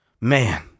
man